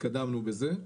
התקדמנו בזה.